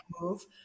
move